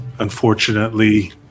Unfortunately